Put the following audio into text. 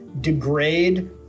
degrade